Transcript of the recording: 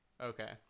okay